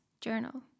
journal